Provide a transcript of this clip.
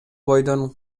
бойдон